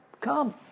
Come